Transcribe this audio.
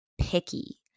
picky